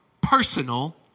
personal